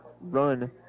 run